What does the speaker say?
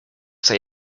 say